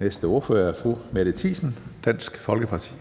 Næste ordfører er hr. Mikkel Bjørn, Dansk Folkeparti.